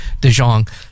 DeJong